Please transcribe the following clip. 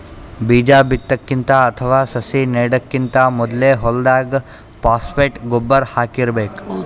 ಬೀಜಾ ಬಿತ್ತಕ್ಕಿಂತ ಅಥವಾ ಸಸಿ ನೆಡಕ್ಕಿಂತ್ ಮೊದ್ಲೇ ಹೊಲ್ದಾಗ ಫಾಸ್ಫೇಟ್ ಗೊಬ್ಬರ್ ಹಾಕಿರ್ಬೇಕ್